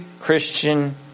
Christian